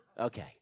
Okay